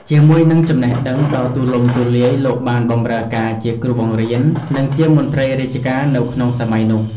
ជាមួយនឹងចំណេះដឹងដ៏ទូលំទូលាយ លោកបានបម្រើការជាគ្រូបង្រៀន និងជាមន្ត្រីរាជការនៅក្នុងសម័យនោះ។